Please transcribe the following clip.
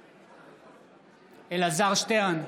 בעד אלעזר שטרן,